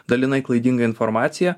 dalinai klaidingą informaciją